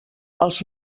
els